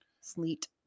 Sleet